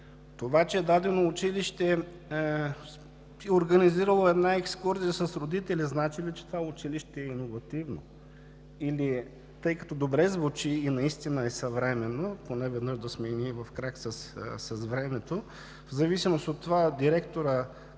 Това че дадено училище е организирало екскурзия с родители, значи ли че това училище е иновативно? Или, тъй като добре звучи и наистина е съвременно, поне веднъж и ние да сме в крак с времето, в зависимост от това каква